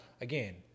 again